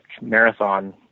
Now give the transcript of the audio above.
marathon